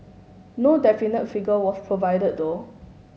no definite figure was provided though